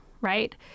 Right